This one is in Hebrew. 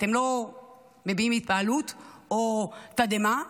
אתם לא מביעים התפעלות או תדהמה,